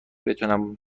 بتونم